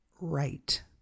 right